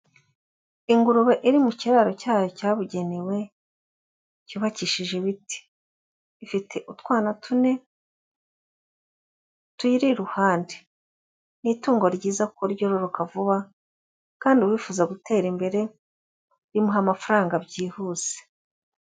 Ingurube iri mu kiraro cyayo cyabugenewe, cyubakishije ibiti. Ifite utwana tune tuyiri iruhande. Ni itungo ryiza kuko ryororoka vuba kandi uwifuza gutera imbere rimuha amafaranga byihuse.